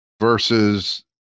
versus